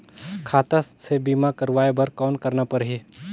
खाता से बीमा करवाय बर कौन करना परही?